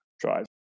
drive